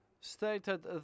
stated